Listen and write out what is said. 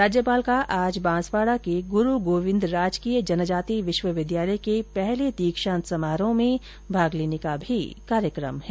राज्यपाल का आज बांसवाड़ा के गुरू गोविन्द राजकीय जनजाति विश्वविद्यालय के पहले दीक्षांत समारोह में भाग लेने का भी कार्यक्रम है